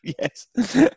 Yes